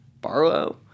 Barlow